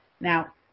Now